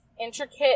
intricate